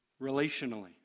relationally